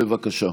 בבקשה.